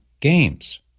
games